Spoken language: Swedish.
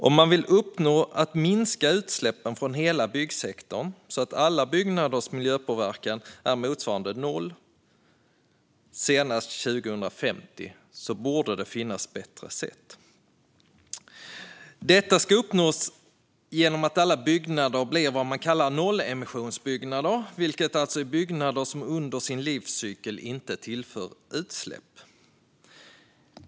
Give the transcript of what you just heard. Om det man vill uppnå är att minska utsläppen från hela byggsektorn så att alla byggnaders miljöpåverkan är motsvarande noll senast 2050 borde det finnas bättre sätt. Detta ska uppnås genom att alla byggnader blir vad man kallar nollemissionsbyggnader, vilket alltså är byggnader som under sin livscykel inte tillför utsläpp.